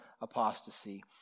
apostasy